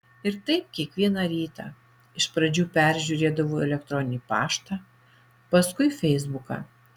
ir taip kiekvieną rytą iš pradžių peržiūrėdavau elektroninį paštą paskui feisbuką